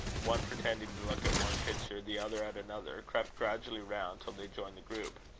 one pretending to look at one picture, the other at another, crept gradually round till they joined the group.